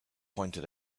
pointed